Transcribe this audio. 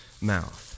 mouth